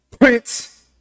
prince